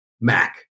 Mac